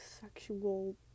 sexual